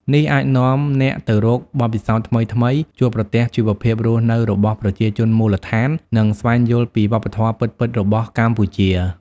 នេះអាចនាំអ្នកទៅរកបទពិសោធន៍ថ្មីៗ ជួបប្រទះជីវភាពរស់នៅរបស់ប្រជាជនមូលដ្ឋាន និងស្វែងយល់ពីវប្បធម៌ពិតៗរបស់កម្ពុជា។